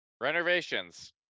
Renovations